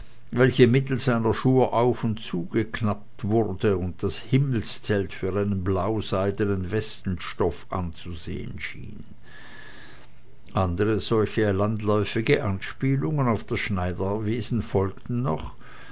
welche mittelst einer schnur auf und zugeklappt wurde und das himmelszelt für einen blauseidenen westenstoff anzusehen schien andere solche landläufige anspielungen auf das schneiderwesen folgten noch